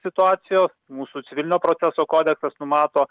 situacijos mūsų civilinio proceso kodeksas numato